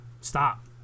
Stop